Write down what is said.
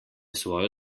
svojo